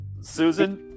Susan